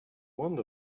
want